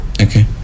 Okay